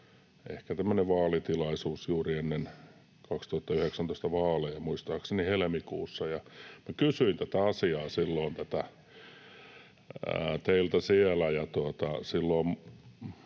ehkä tämmöinen vaalitilaisuus juuri ennen 2019 vaaleja, muistaakseni helmikuussa. Minä kysyin tätä asiaa silloin teiltä siellä,